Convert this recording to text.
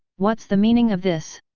what's the meaning of this!